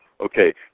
Okay